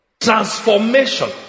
Transformation